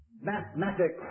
mathematics